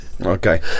okay